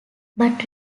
but